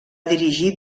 dirigir